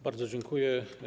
Bardzo dziękuję.